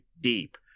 deep